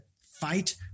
fight